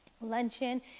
luncheon